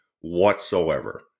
whatsoever